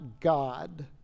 God